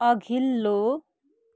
अघिल्लो